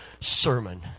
sermon